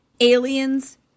aliens